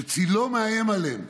שצילו מאיים עליהם.